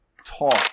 talk